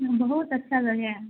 بہت اچھا جگہ ہے